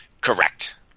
Correct